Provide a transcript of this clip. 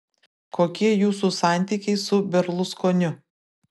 kokie jūsų santykiai su berluskoniu